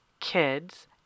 kids